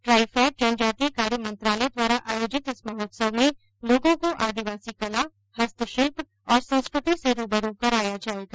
ट्राईफैड जनजातीय कार्य मंत्रालय द्वारा आयोजित इस महोत्सव में लोगों को आदिवासी कला हस्तशिल्प और संस्कृति से रूबरू कराया जाएगा